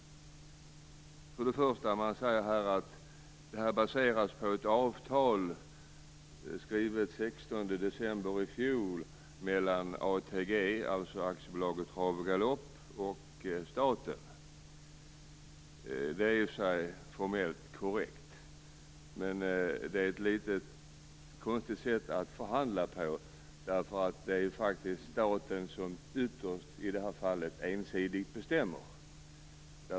Utskottet säger att det här baseras på ett avtal från den 16 december i fjol mellan ATG, dvs. AB Trav och Galopp, och staten. Det är i och för sig formellt korrekt, men det är ett litet konstigt sätt att förhandla på, eftersom det i det här fallet ytterst är staten som ensidigt bestämmer.